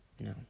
no